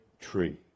tree